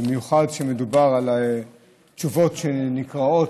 במיוחד כשמדובר על תשובות שנקראות,